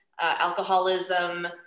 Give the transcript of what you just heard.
alcoholism